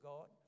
God